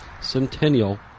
Centennial